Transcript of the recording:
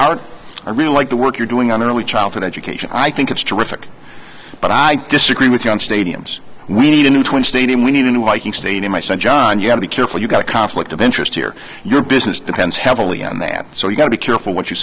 and i really like the work you're doing on early childhood education i think it's terrific but i disagree with you on stadiums we need a new twin stadium we need a new liking stadium i said john you have to be careful you've got a conflict of interest here your business depends heavily on that so you gotta be careful what you